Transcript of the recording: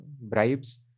bribes